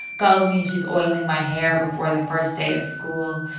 go means she's oiling my hair before the first day of school.